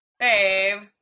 babe